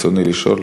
רצוני לשאול: